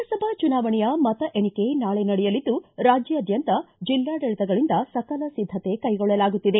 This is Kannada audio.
ಲೋಕಸಭಾ ಚುನಾವಣೆಯ ಮತ ಎಣಿಕೆ ನಾಳೆ ನಡೆಯಲಿದ್ದು ರಾಜ್ಯಾದ್ಯಂತ ಜಿಲ್ಲಾಡಳಿತಗಳಿಂದ ಸಕಲ ಸಿದ್ದತೆ ಕೈಗೊಳ್ಳಲಾಗುತ್ತಿದೆ